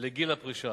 לגיל הפרישה.